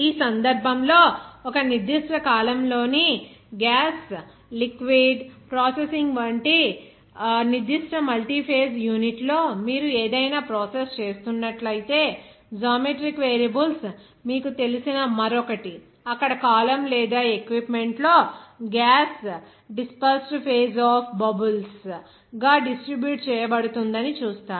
ఈ సందర్భంలో ఒక నిర్దిష్ట కాలమ్లోని గ్యాస్ లిక్విడ్ ప్రాసెసింగ్ వంటి నిర్దిష్ట మల్టీఫేస్ యూనిట్లో మీరు ఏదైనా ప్రాసెస్ చేస్తున్నట్లయితే జామెట్రిక్ వేరియబుల్స్ మీకు తెలిసిన మరొకటి అక్కడ కాలమ్ లేదా ఎక్విప్మెంట్ లో gas dispersed phase of bubbles గా డిస్ట్రిబ్యూట్ చేయబడుతుందని చూస్తారు